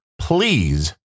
please